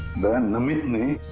then namit